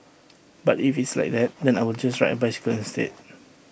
but if it's like that then I will just ride A bicycle instead